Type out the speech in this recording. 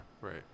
Right